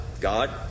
God